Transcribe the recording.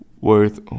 worth